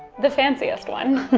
the fanciest one.